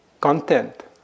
content